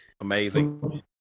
Amazing